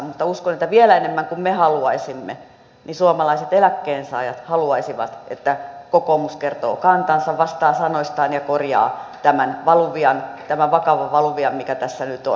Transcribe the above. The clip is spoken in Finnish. mutta uskon että vielä enemmän kuin me haluaisimme suomalaiset eläkkeensaajat haluaisivat että kokoomus kertoo kantansa vastaa sanoistaan ja korjaa tämän valuvian tämän vakavan valuvian mikä tässä nyt on